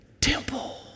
temple